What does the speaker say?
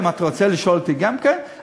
אם אתה רוצה לשאול אותי גם כן,